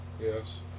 yes